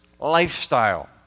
lifestyle